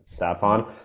Saffon